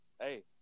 hey